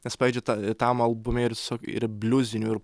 nes pavyzdžiui ta tam albume ir suk ir bliuzinių ir